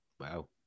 Wow